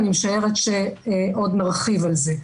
אני משערת שעוד נרחיב על זה.